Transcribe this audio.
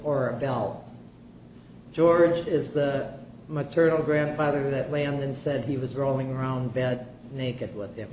or belt george is the maternal grandfather that way and said he was rolling around bed naked with him